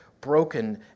broken